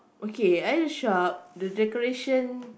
okay at the shop the decoration